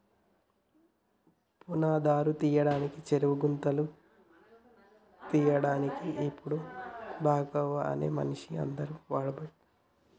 పునాదురు తీయడానికి చెరువు గుంతలు తీయడాన్కి ఇపుడు బాక్వో అనే మిషిన్ని అందరు వాడబట్టిరి